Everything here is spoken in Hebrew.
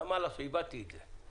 מה לעשות, איבדתי את זה.